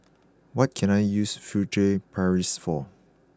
what can I use Furtere Paris for